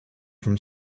from